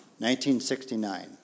1969